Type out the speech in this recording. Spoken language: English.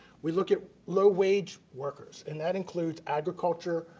we look at low-wage workers and that includes agricultural,